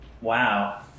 Wow